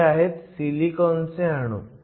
हे आहेत सिलिकॉन चे अणू